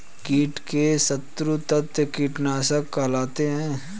कीट के शत्रु तत्व कीटनाशक कहलाते हैं